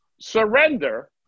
surrender